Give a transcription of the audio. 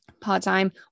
part-time